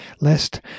lest